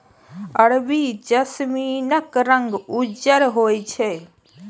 अरबी जैस्मीनक रंग उज्जर होइ छै